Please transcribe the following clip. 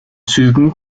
zügen